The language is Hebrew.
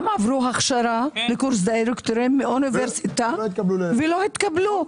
עברו הכשרה לקורס דירקטורים מאוניברסיטה ולא התקבלו,